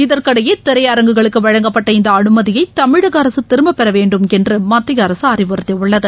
இதற்கிடையே திரையரங்குகளுக்கு வழங்கப்பட்ட இந்த அனுமதியை தமிழக அரசு திரும்பப் பெற வேண்டும் என்று மத்திய அரசு அறிவுறுத்தியுள்ளது